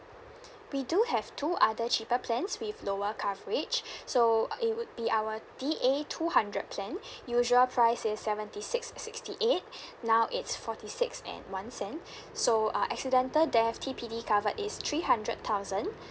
we do have two other cheaper plans with lower coverage so it would be our D A two hundred plan usual price is seventy six sixty eight now it's forty six and one cent so uh accidental death T_P_D covered is three hundred thousand